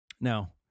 Now